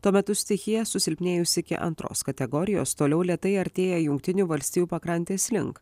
tuo metu stichija susilpnėjusi iki antros kategorijos toliau lėtai artėja jungtinių valstijų pakrantės link